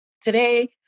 Today